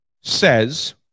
says